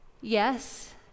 Yes